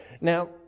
Now